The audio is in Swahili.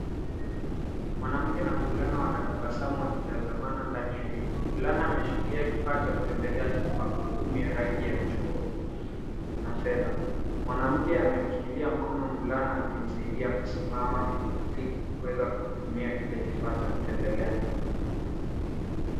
Mwanamke na mvulana wanatabasamu wakitanzamana ndani ya nyumba. Mvulana ameshikilia kifaa cha kutembelea chenye magurudumu ya rangi ya chungwa na fedha. Mwanamke amemshikilia mkono mvulana akimsaidia kusimama ili kuweza kutumia kile kifaa cha kutembelea.